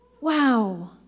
Wow